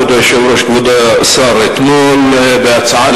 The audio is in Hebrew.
כבוד היושב-ראש, כבוד השר, אתמול, בהצעה